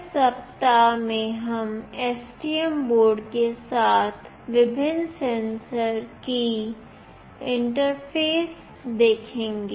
इस सप्ताह में हम STM बोर्ड के साथ विभिन्न सेंसर की इंटरफ़ेस देखेंगे